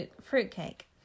fruitcake